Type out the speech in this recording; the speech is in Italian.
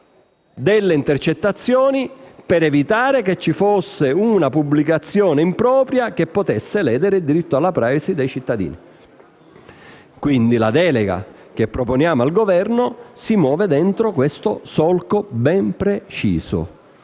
delle intercettazioni, per evitare che una pubblicazione impropria potesse ledere il diritto alla *privacy* dei cittadini. Quindi, la delega che proponiamo al Governo si muove all'interno di un solco ben preciso